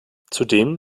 zudem